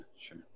sure